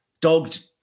dogged